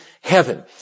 heaven